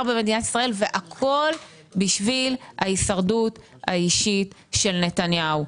במדינת ישראל והכול בשביל ההישרדות האישית של נתניהו.